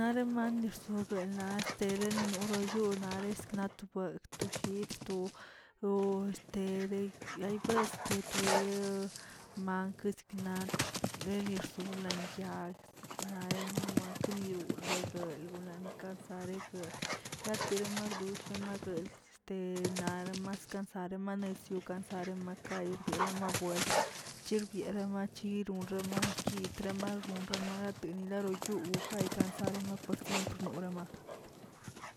Remane rsog na estelinele noryog resk natubue chid sto, ya y pues yeture mank sekna leli rsob yakya siknare wank nuyul kal nulawikas atera mardu roma guelgzə te naraman sara manesio cansare macayo derema buelt, chirbierama birun rama kyitrama xonrama ateninarayuyukay kansad apor siempre norama.